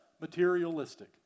materialistic